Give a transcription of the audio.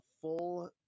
full